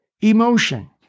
emotion